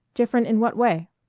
different in what way?